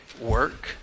work